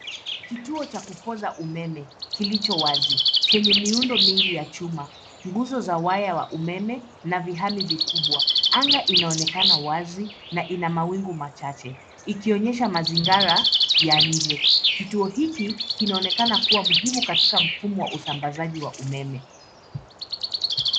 Kituo cha kupoza umeme kilicho wazi chenye miundo mingi ya chuma nguzo za waya wa umeme na vihami vikubwa, anga inaonekana wazi na ina mawingu machache ikionyesha mazingara ya nje. Kituo hiki kinaonekana kuwa muhimu katika mfumo wa usambazaji wa umeme.